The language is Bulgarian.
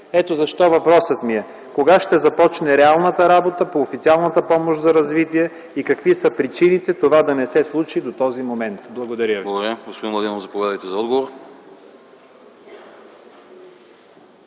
Ето защо въпросът ми е: кога ще започне реалната работа по Официалната помощ за развитие и какви са причините това да не се случи до този момент? Благодаря ви. ПРЕДСЕДАТЕЛ АНАСТАС АНАСТАСОВ: Благодаря. Господин Младенов, заповядайте за отговор.